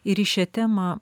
ir į šią temą